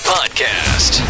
Podcast